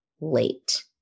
late